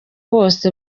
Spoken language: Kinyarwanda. bose